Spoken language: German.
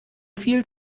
viel